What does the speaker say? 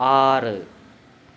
ആറ്